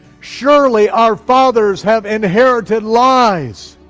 surely our fathers have inherited lies.